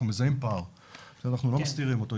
שאנחנו לא מסתירים אותו.